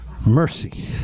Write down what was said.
Mercy